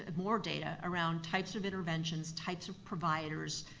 more data around types of interventions, types of providers,